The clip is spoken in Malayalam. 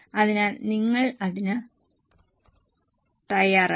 അതിനാൽ നിങ്ങൾ അതിന് തയ്യാറാണ്